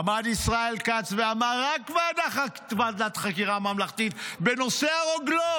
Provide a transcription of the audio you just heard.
עמד ישראל כץ ואמר: רק ועדת חקירה ממלכתית בנושא הרוגלות.